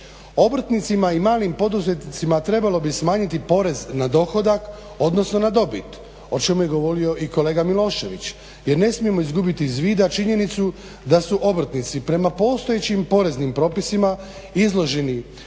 obrtnicima i malim poduzetnicima trebalo bi smanjiti porez na dohodak, odnosno na dobit o čemu je govorio i kolega Milošević jer ne smijemo izgubiti iz vida činjenicu da su obrtnici prema postojećim poreznim propisima izloženi